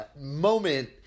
moment